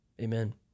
Amen